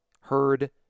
heard